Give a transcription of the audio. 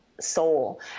soul